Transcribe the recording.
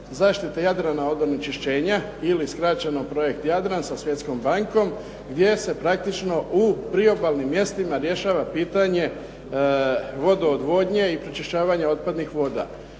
zaštite Jadrana od onečišćenja ili skraćeno projekt Jadran sa svjetskom bankom gdje se praktično u priobalnim mjestima rješava pitanje vodoodvodnje i pročišćavanja otpadnih voda.